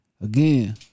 Again